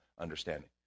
understanding